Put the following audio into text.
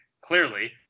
clearly